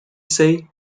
say